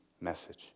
message